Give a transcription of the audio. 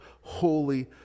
holy